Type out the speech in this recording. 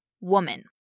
woman